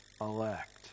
elect